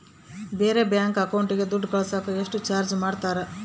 ಬೇರೆ ಬ್ಯಾಂಕ್ ಅಕೌಂಟಿಗೆ ದುಡ್ಡು ಕಳಸಾಕ ಎಷ್ಟು ಚಾರ್ಜ್ ಮಾಡತಾರ?